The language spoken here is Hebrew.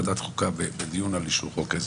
אתה נמצא בוועדת החוקה בדיון על אישור חוק עזר.